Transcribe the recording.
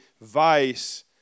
vice